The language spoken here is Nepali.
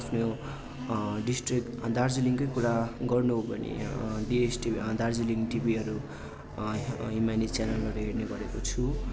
आफ्नो डिस्ट्रिक्ट दार्जिलिङकै कुरा गर्नु हो भने डिएसटिभी दार्जिलिङ टिभीहरू हिमाली च्यानलहरू हेर्ने गरेको छु